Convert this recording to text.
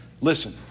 Listen